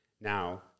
Now